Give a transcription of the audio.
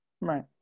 Right